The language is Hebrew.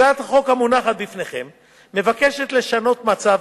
הצעת החוק המונחת לפניכם מבקשת לשנות מצב